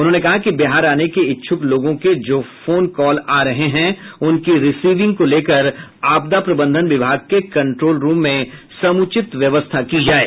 उन्होंने कहा कि बिहार आने के इच्छुक लोगों के जो फोन कॉल आ रहे हैं उनकी रीसिविंग को लेकर आपदा प्रबंधन विभाग के कंट्रोल रूम में समुचित व्यवस्था की जाये